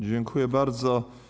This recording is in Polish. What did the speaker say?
Dziękuję bardzo.